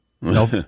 Nope